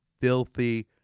filthy